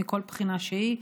מכל בחינה שהיא.